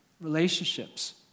Relationships